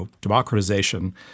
democratization